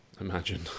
Imagine